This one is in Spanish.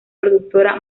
productora